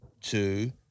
two